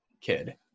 kid